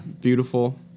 Beautiful